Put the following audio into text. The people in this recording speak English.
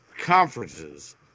Conferences